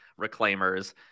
reclaimers